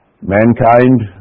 Mankind